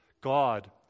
God